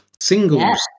Singles